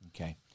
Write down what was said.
Okay